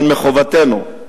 אבל מחובתנו,